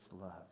love